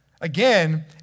Again